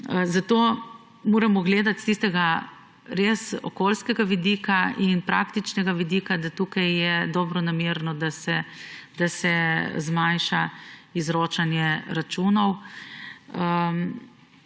Zato moramo gledati s tistega okoljskega vidika in praktičnega vidika, da tukaj je dobronamerno, da se zmanjša izročanje računov